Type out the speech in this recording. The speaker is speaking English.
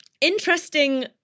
Interesting